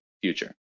future